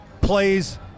plays